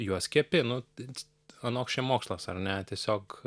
juos kepi nu anoks čia mokslas ar ne tiesiog